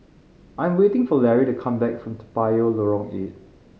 I'm waiting for Larry to come back from Toa Payoh Lorong Eight